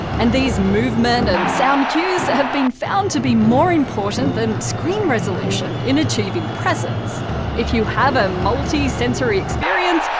and these movement and sound cues have been found to be more important than screen resolution in achieving presence if you have a multi-sensory experience,